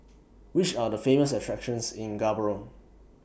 Which Are The Famous attractions in Gaborone